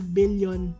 billion